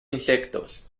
insectos